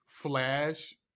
flash